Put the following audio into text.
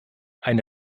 eine